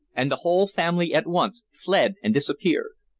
and the whole family at once fled and disappeared.